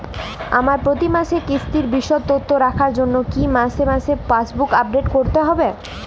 আমার প্রতি মাসের কিস্তির বিশদ তথ্য রাখার জন্য কি মাসে মাসে পাসবুক আপডেট করতে হবে?